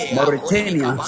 Mauritania